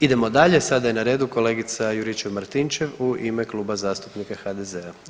Idemo dalje, sada je na redu kolegica Juričev Martinčev u ime Klub zastupnika HDZ-a.